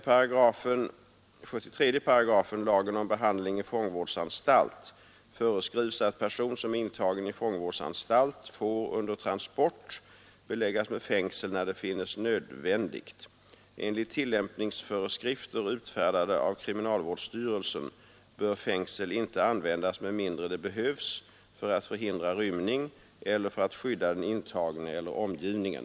kriminalvårdsstyrelsen bör fängsel inte användas med mindre det behövs för att förhindra rymning eller för att skydda den intagne eller omgivningen.